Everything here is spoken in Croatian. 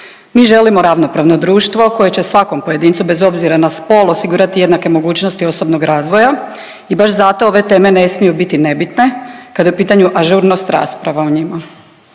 Mi želimo ravnopravno društvo koje će svakom pojedincu bez obzira na spol osigurati jednake mogućnosti osobnog razvoja i baš zato ove teme ne smiju biti nebitne kada je u pitanju ažurnost rasprava o njima.